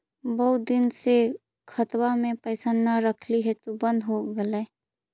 बहुत दिन से खतबा में पैसा न रखली हेतू बन्द हो गेलैय?